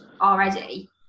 already